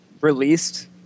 released